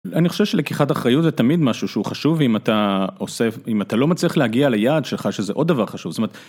אני חושב שלקיחת אחריות זה תמיד משהו שהוא חשוב, אם אתה... עושה... אם אתה לא מצליח להגיע ליעד שלך, שזה עוד דבר חשוב, זאת אומרת...